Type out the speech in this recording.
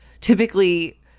typically